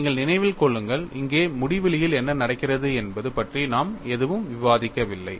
நீங்கள் நினைவில் கொள்ளுங்கள் இங்கே முடிவிலியில் என்ன நடக்கிறது என்பது பற்றி நாம் எதுவும் விவாதிக்கவில்லை